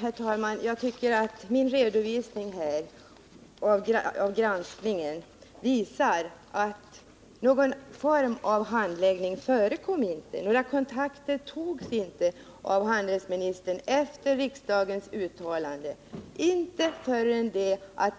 Herr talman! Jag tycker att min redovisning här av granskningen visar att ingen form av handläggning förekom, att inga kontakter togs av handelsministern efter riksdagens uttalande. Inte förrän